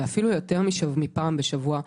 ואפילו יותר מפעם בשבוע,